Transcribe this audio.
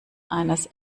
eines